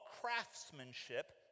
craftsmanship